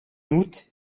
août